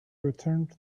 returned